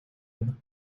بدم